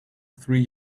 three